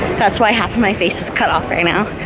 thats why half of my face is cut off right now,